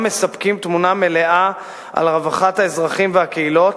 מספקים תמונה מלאה על רווחת האזרחים והקהילות,